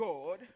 God